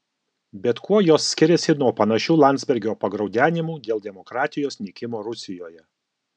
bet kuo jos skiriasi nuo panašių landsbergio pagraudenimų dėl demokratijos nykimo rusijoje